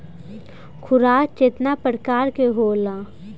खुराक केतना प्रकार के होखेला?